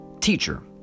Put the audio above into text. Teacher